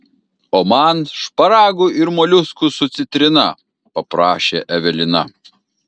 o man šparagų ir moliuskų su citrina paprašė evelina